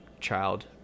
child